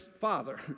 father